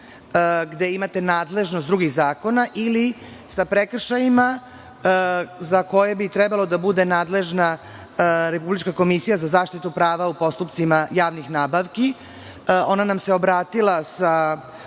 gde imate nadležnost drugih zakona ili sa prekršajima za koje bi trebalo da bude nadležna Republička komisija za zaštitu prava u postupcima javnih nabavki. Ona nam se obratila sa